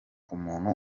umuntu